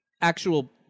actual